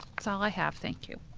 that's all i have. thank you.